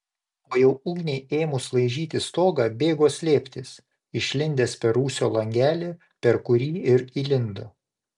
o jau ugniai ėmus laižyti stogą bėgo slėptis išlindęs per rūsio langelį per kurį ir įlindo